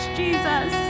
jesus